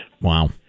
Wow